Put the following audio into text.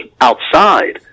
outside